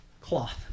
cloth